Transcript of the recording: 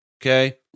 okay